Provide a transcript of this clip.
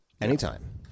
anytime